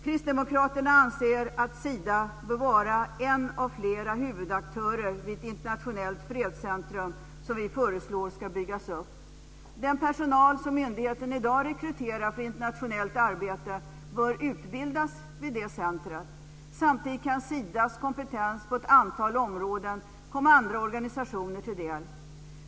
Kristdemokraterna anser att Sida bör vara en av flera huvudaktörer vid ett internationellt fredscentrum, som vi föreslår ska byggas upp. Den personal som myndigheten i dag rekryterar för internationellt arbete bör utbildas vid det centrumet. Samtidigt kan Sidas kompetens på ett antal områden komma andra organisationer till del.